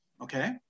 okay